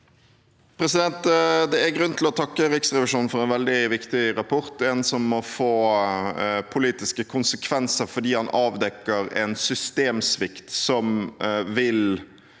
Det er grunn til å takke Riksrevisjonen for en veldig viktig rapport, en rapport som må få politiske konsekvenser, fordi den avdekker en systemsvikt som vil